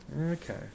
Okay